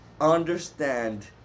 Understand